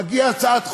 מגיעה הצעת חוק,